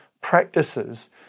practices